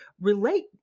relate